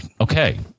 Okay